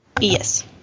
Yes